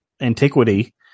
antiquity